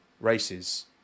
races